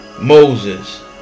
Moses